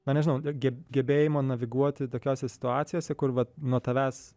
na nežinau geb gebėjimo naviguoti tokiose situacijose kur vat nuo tavęs